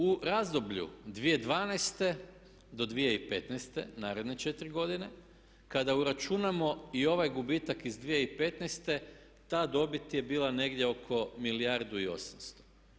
U razdoblju 2012. do 2015. naredne četiri godine kada uračunamo i ovaj gubitak iz 2015. ta dobit je bila negdje oko milijardu i 800.